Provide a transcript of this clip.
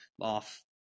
off